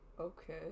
Okay